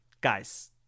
Guys